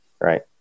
right